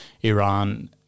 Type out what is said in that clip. iran